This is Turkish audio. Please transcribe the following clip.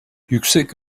yüksek